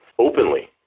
openly